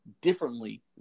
differently